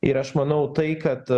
ir aš manau tai kad